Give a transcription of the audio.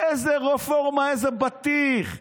איזה רפורמה ואיזה בטיח.